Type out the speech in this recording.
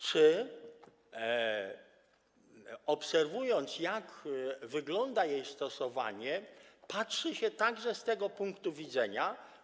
Czy obserwując, jak wygląda jej stosowanie, patrzy się także z tego punktu widzenia?